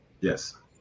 Yes